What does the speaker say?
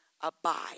abide